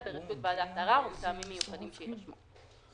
ברשות ועדת הערר ומטעמים מיוחדים שיירשמו".